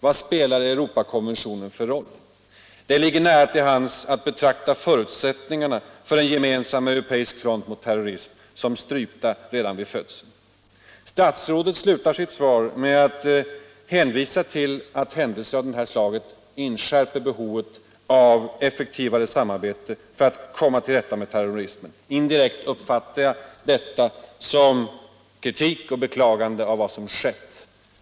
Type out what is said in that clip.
Vad spelar Europakonventionen för roll? Det ligger nära till hands att betrakta förutsättningarna för en gemensam europeisk front mot terrorismen som strypta redan vid födseln. Utrikesministern slutade sitt svar med att hänvisa till att händelser av det här slaget ”inskärper behovet av effektivare internationellt samarbete för att komma till rätta med terrorismen”. Indirekt uppfattar jag detta som kritik och beklagande av vad som skett.